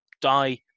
die